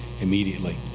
immediately